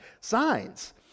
Signs